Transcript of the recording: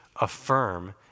affirm